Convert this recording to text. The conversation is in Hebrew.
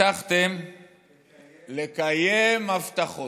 הבטחתם לקיים הבטחות".